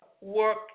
work